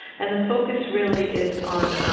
and the focus really is on